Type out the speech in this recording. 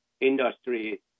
industry